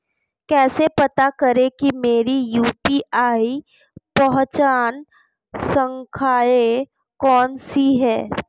कैसे पता करें कि मेरी यू.पी.आई पहचान संख्या कौनसी है?